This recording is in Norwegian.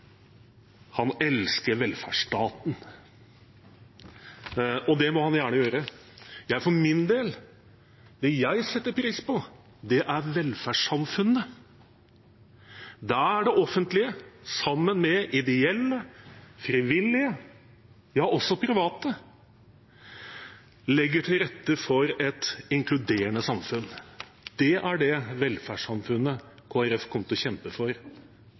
han elsker velferdsstaten. Det må han gjerne gjøre. Det jeg for min del setter pris på, er velferdssamfunnet – der det offentlige, sammen med ideelle frivillige, ja, også private, legger til rette for et inkluderende samfunn. Det er det velferdssamfunnet Kristelig Folkeparti kommer til å kjempe for